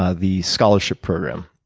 ah the scholarship program.